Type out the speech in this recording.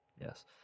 yes